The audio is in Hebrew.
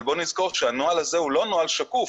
אבל בוא נזכור שהנוהל הזה הוא לא נוהל שקוף,